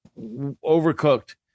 overcooked